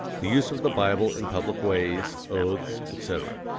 the use of the bible in public ways, oaths, etc.